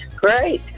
Great